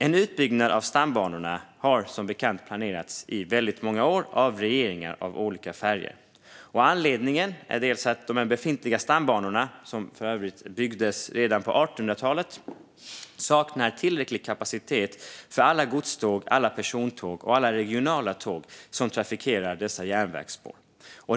En utbyggnad av stambanorna har som bekant planerats i väldigt många år av regeringar av olika färg. Anledningen är att de befintliga stambanorna, som för övrigt byggdes redan på 1800-talet, saknar tillräcklig kapacitet för alla godståg, persontåg och regionaltåg som trafikerar dessa järnvägsspår.